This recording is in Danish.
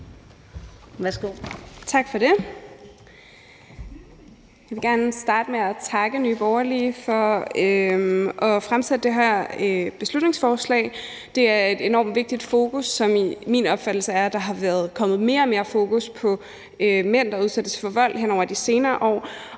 Tak for det. Jeg vil gerne starte med at takke Nye Borgerlige for at fremsætte det her beslutningsforslag. Det har et enormt vigtigt fokus, og der er efter min opfattelse kommet mere og mere fokus på mænd, der udsættes for vold, hen over de senere år.